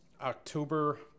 October